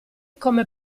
come